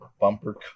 bumper